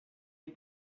est